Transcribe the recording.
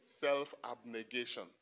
self-abnegation